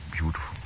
beautiful